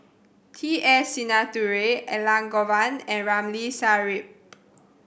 T S Sinnathuray Elangovan and Ramli Sarip